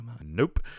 nope